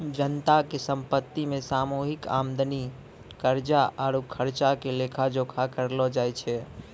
जनता के संपत्ति मे सामूहिक आमदनी, कर्जा आरु खर्चा के लेखा जोखा करलो जाय छै